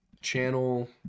Channel